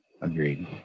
Agreed